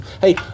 hey